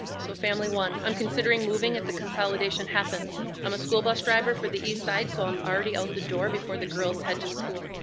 so family one, i'm considering moving if the consolidation happens. i'm a school bus driver for the east side, so i'm already out the door before the girls head to school.